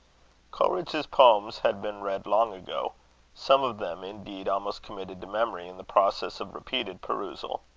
coleridge's poems had been read long ago some of them, indeed, almost committed to memory in the process of repeated perusal.